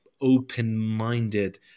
open-minded